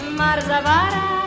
marzavara